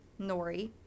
Nori